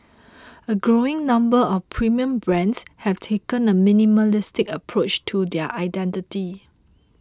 a growing number of premium brands have taken a minimalist approach to their identity